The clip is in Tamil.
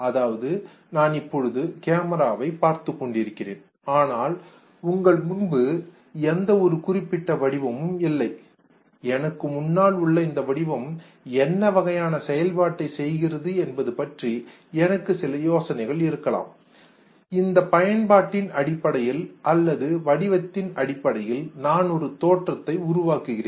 அதாவது நான் இப்பொழுது கேமராவை பார்த்துக்கொண்டிருக்கிறேன் ஆனால் உங்கள் முன்பு எந்த ஒரு குறிப்பிட்ட வடிவமும் இல்லை எனக்கு முன்னால் உள்ள இந்த வடிவம் என்ன வகையான செயல்பாட்டை செய்கிறது என்பது பற்றி எனக்கு சில யோசனைகள் இருக்கலாம் இந்தப் பயன்பாட்டின் அடிப்படையில் அல்லது வடிவத்தின் அடிப்படையில் நான் ஒரு தோற்றத்தை உருவாக்குகிறேன்